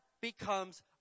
becomes